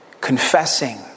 confessing